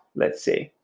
let's say.